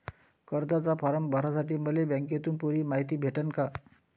कर्जाचा फारम भरासाठी मले बँकेतून पुरी मायती भेटन का?